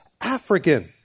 African